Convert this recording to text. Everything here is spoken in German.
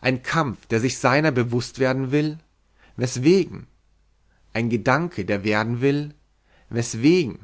ein kampf der sich seiner bewußt werden will weswegen ein gedanke der werden will weswegen